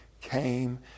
came